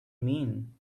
mean